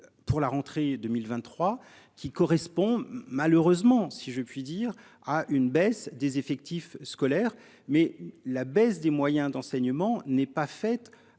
Pour la rentrée 2023 qui correspond malheureusement si je puis dire. À une baisse des effectifs scolaires. Mais la baisse des moyens d'enseignement n'est pas fait